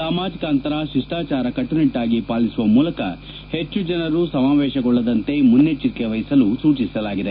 ಸಾಮಾಜಿಕ ಅಂತರ ಶಿಷ್ಟಾಚಾರ ಕಟ್ಲುನಿಟ್ಲಾಗಿ ಪಾಲಿಸುವ ಮೂಲಕ ಹೆಚ್ಚು ಜನ ಸಮಾವೇಶಗೊಳ್ಳದಂತೆ ಮುನ್ನೆಚ್ಲರಿಕೆ ವಹಿಸಲು ಸೂಚಿಸಿದೆ